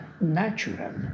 natural